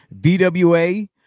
VWA